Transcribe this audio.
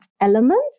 element